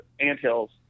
anthills